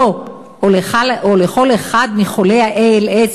לו או לכל אחד מחולי ה-ALS,